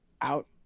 out